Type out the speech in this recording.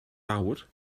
fawr